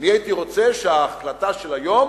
אני הייתי רוצה שההחלטה של היום